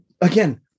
again